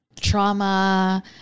trauma